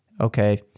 okay